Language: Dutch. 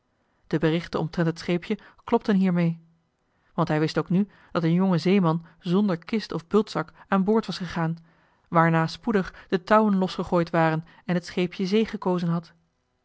de berichten omtrent het scheepje klopten hiermee want hij wist ook nu dat een jonge zeeman zonder kist of bultzak aan boord was gegaan waarna spoedig de touwen losjoh h been paddeltje de scheepsjongen van michiel de ruijter gegooid waren en het scheepje zee gekozen had